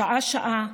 שעה-שעה,